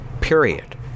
Period